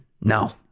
no